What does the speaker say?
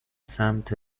سمت